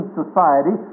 society